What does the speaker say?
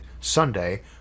Sunday